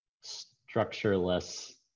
structureless